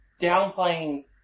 downplaying